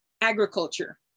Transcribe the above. agriculture